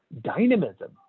dynamism